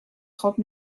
trente